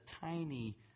tiny